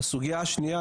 הסוגיה השנייה,